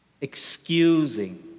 excusing